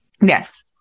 Yes